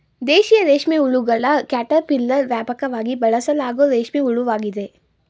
ದೇಶೀಯ ರೇಷ್ಮೆಹುಳುಗಳ ಕ್ಯಾಟರ್ಪಿಲ್ಲರ್ ವ್ಯಾಪಕವಾಗಿ ಬಳಸಲಾಗೋ ರೇಷ್ಮೆ ಹುಳುವಾಗಿದೆ